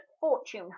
Fortune